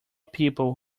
people